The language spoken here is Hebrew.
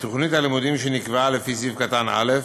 בתוכנית הלימודים שנקבעה לפי סעיף קטן (א)